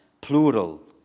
plural